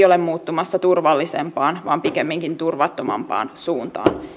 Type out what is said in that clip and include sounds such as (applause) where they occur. (unintelligible) ole muuttumassa turvallisempaan vaan pikemminkin turvattomampaan suuntaan